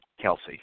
Kelsey